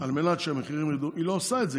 על מנת שהמחירים ירדו, היא לא עושה את זה.